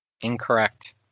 Incorrect